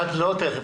לא תכף.